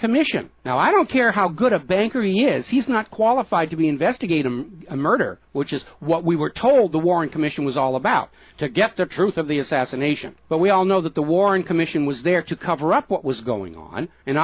commission now i don't care how good a banker he is he's not qualified to be investigating a murder which is what we were told the warren commission was all about to get the truth of the assassination but we all know that the warren commission was there to cover up what was going on and